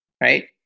right